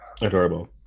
adorable